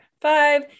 five